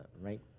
right